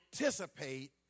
anticipate